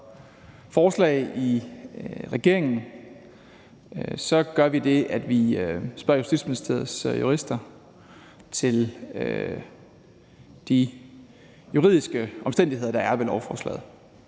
forslag, gør vi det, at vi spørger Justitsministeriets jurister til de juridiske omstændigheder, der er ved lovforslaget.